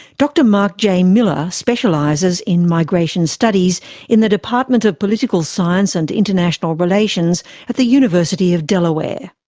dr mark j miller specialises in migration studies in the department of political science and international relations at the university of delaware.